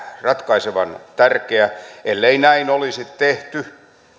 ratkaisevan tärkeä ellei näin olisi tehty